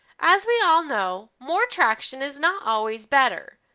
as we all know, more traction is not always better.